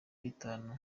itanu